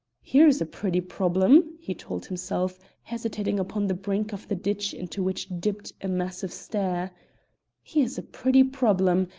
here's a pretty problem! he told himself, hesitating upon the brink of the ditch into which dipped a massive stair here's a pretty problem!